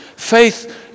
Faith